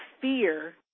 fear